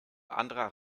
anderer